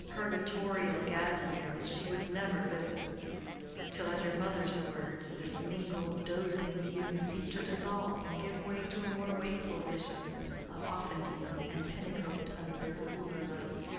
and a purgatorial gadsmere which she would never visit till at her mother's words, this mingled, dozing view seemed to dissolve and give way to a more wakeful vision of offendene and pennicote under their cooler lights.